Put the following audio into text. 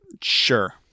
Sure